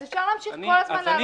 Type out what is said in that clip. אז אפשר כל הזמן להעלות את זה.